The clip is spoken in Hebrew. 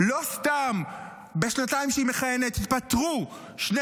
לא סתם בשנתיים שהיא מכהנת התפטרו שני